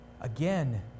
again